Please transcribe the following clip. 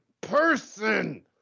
person